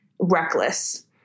reckless